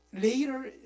later